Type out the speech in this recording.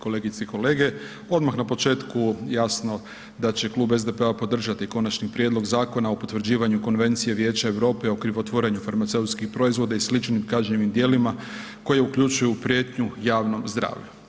Kolegice i kolege, odmah na početku, jasno da će Klub SDP-a podržati Konačni prijedlog Zakona o potvrđivanju Konvencije Vijeća Europe o krivotvorenju farmaceutskih proizvoda i sličnim kažnjivim djelima koja uključuju prijetnje javnom zdravlju.